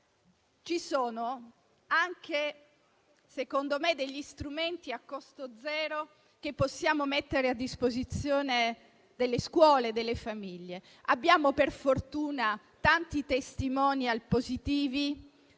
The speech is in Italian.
Ci sono - secondo me - degli strumenti a costo zero che possiamo mettere a disposizione delle scuole e delle famiglie. Abbiamo per fortuna tanti *testimonial* positivi,